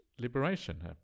liberation